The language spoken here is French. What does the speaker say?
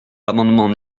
l’amendement